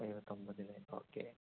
okay